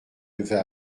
devait